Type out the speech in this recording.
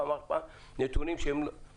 פעם אחר פעם נתונים של מריחה.